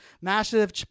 massive